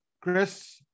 Chris